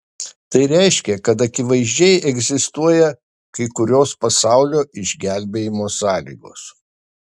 tai reiškia kad akivaizdžiai egzistuoja kai kurios pasaulio išgelbėjimo sąlygos